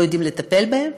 לא יודעים לטפל בהם?